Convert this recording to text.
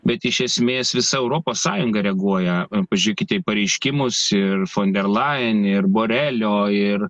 bet iš esmės visa europos sąjunga reaguoja pažiūrėkite į pareiškimus ir fonderlajen ir borelio ir